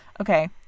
Okay